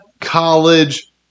college